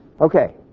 Okay